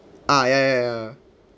ah ya ya ya